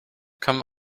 come